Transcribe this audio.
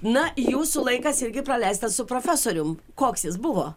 na jūsų laikas irgi praleistas su profesorium koks jis buvo